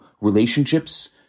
relationships